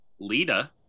Lita